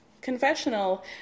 confessional